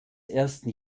ersten